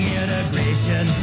integration